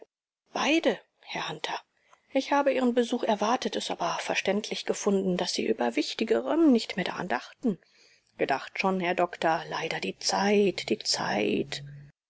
beide herr hunter ich habe ihren besuch erwartet es aber verständlich gefunden daß sie über wichtigerem nicht mehr daran dachten gedacht schon herr doktor leider die zeit die zeit